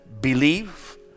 believe